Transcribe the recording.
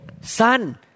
son